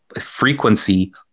Frequency